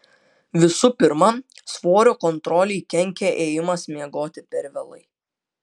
visų pirma svorio kontrolei kenkia ėjimas miegoti per vėlai